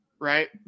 Right